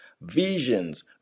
visions